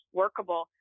workable